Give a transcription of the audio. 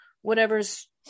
whatever's